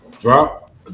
drop